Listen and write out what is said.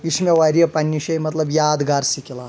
یہِ چھُ مےٚ واریاہ پنٛنہِ شاے مطلب یادگار سِکِل اَکھ